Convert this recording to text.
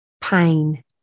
pain